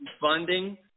funding